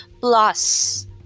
plus